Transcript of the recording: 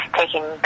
taking